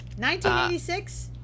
1986